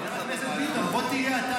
חבר הכנסת ביטון, בוא תהיה אתה איתי.